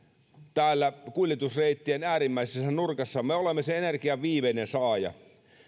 täällä kuljetusreittien äärimmäisessä nurkassa me olemme sen energian viimeinen saaja